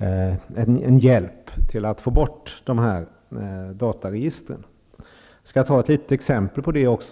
en hjälp att få bort dessa dataregister. Jag skall ta ett litet exempel på det också.